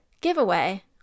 giveaway